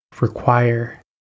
require